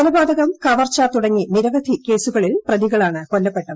കൊലപാതകം കവർച്ച തുടങ്ങി നിരവധി കേസുകളിൽ പ്രതികളാണ് കൊല്ലപ്പെട്ടവർ